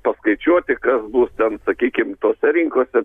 paskaičiuoti kas bus ten sakykim tose rinkose